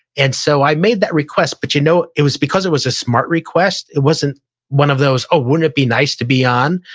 and so i made that request, but you know it was because it was a smart request, it wasn't one of those, oh, ah wouldn't it be nice to be on?